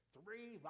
Three